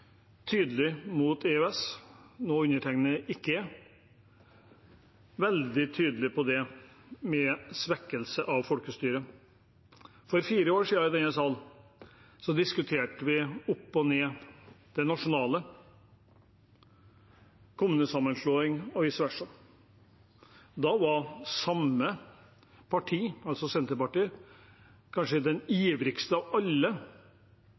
EØS – noe undertegnede ikke er – er veldig tydelig på det med svekkelse av folkestyret. For fire år siden diskuterte vi i denne salen det nasjonale opp og ned – kommunesammenslåing og vice versa. Da var det samme partiet, altså Senterpartiet, kanskje de mest ivrige av alle